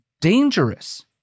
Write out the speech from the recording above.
dangerous